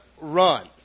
run